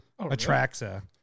Atraxa